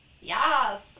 Yes